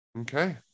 Okay